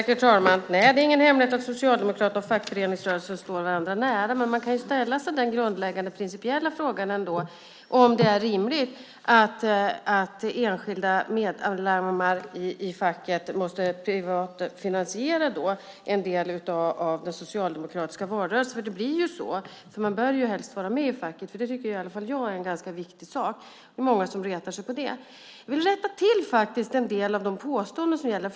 Herr talman! Nej, det är ingen hemlighet att Socialdemokraterna och fackföreningsrörelsen står varandra nära. Men man kan ändå ställa sig den grundläggande principiella frågan om det är rimligt att enskilda medlemmar i facket måste privatfinansiera en del av den socialdemokratiska valrörelsen. Det blir ju så. Man bör ju helst vara med i facket; det tycker i alla fall jag är viktigt även om många retar sig på det. Jag vill rätta till en del av de påståenden som gjordes.